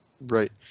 Right